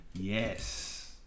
Yes